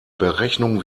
berechnung